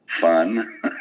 fun